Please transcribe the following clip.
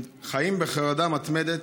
הם חיים בחרדה מתמדת,